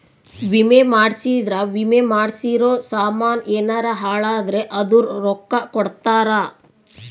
ವಿಮೆ ಮಾಡ್ಸಿದ್ರ ವಿಮೆ ಮಾಡ್ಸಿರೋ ಸಾಮನ್ ಯೆನರ ಹಾಳಾದ್ರೆ ಅದುರ್ ರೊಕ್ಕ ಕೊಡ್ತಾರ